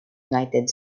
united